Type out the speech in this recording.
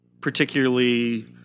particularly